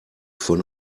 von